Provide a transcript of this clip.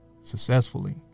successfully